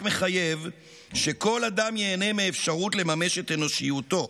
מחייב שכל אדם ייהנה מאפשרות לממש את אנושיותו,